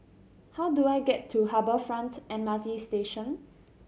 how do I get to Harbour Front M R T Station